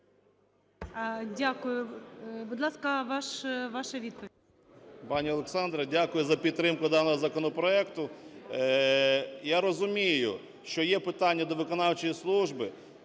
Дякую. Будь ласка, ваша відповідь. 17:53:26 БУРБАК М.Ю. Пані Олександра, дякую за підтримку даного законопроекту. Я розумію, що є питання до виконавчої служби,